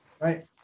right